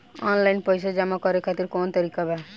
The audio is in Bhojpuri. आनलाइन पइसा जमा करे खातिर कवन तरीका बा?